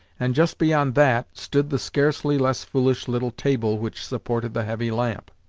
and just beyond that stood the scarcely less foolish little table which supported the heavy lamp,